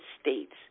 states